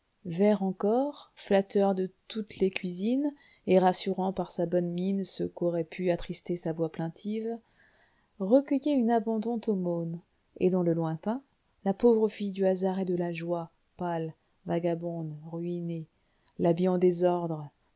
vert encore flatteur de toutes les cuisines et rassurant par sa bonne mine ceux qu'aurait pu attrister sa voix plaintive recueillait une abondante aumône et dans le lointain la pauvre fille du hasard et de la joie pâle vagabonde ruinée l'habit en désordre